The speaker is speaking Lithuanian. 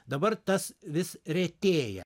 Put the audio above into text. dabar tas vis retėja